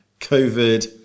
COVID